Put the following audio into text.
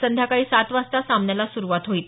संध्याकाळी सात वाजता सामन्याला सुरुवात होईल